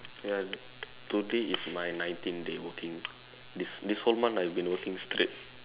ya today is my nineteenth day working this this whole month I've been working straight